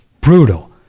brutal